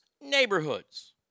neighborhoods